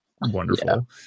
wonderful